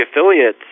affiliate's